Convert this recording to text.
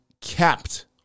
kept